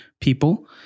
people